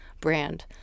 brand